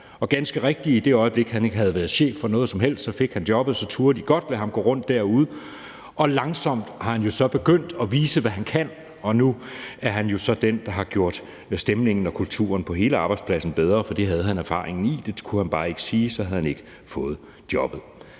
Og ganske rigtigt: I det øjeblik han ikke havde været chef for noget som helst, fik han jobbet. Så turde de godt lade ham gå rundt derude. Langsomt er han så begyndt at vise, hvad han kan, og nu er han jo den, der har gjort stemningen og kulturen på hele arbejdspladsen bedre, for det havde han erfaringen med. Det kunne han bare ikke sige; så havde han ikke fået jobbet.